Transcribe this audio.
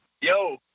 yo